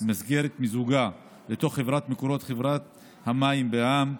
במסגרת מיזוגה לתוך חברת מקורות חברת המים בע"מ,